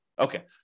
Okay